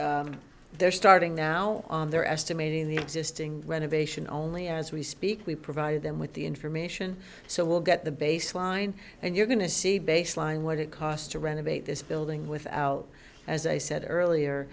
they're starting now they're estimating the existing renovation only as we speak we provide them with the information so we'll get the baseline and you're going to see baseline what it cost to renovate this building without as i said earlier